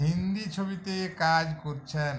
হিন্দি ছবিতে কাজ করছেন